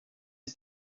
his